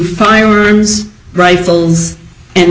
firearms rifles and